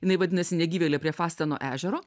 jinai vadinasi negyvėle prie fasteno ežero